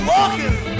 walking